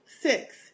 Six